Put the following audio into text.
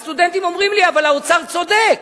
הסטודנטים אומרים לי: אבל האוצר צודק,